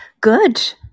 Good